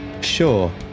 Sure